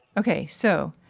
okay, so.